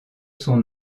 son